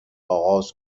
آغاز